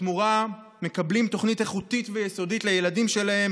בתמורה מקבלים תוכנית איכותית ויסודית לילדים שלהם,